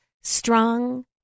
strong